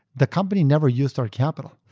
the company never used our capital.